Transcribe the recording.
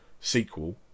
sequel